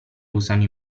usano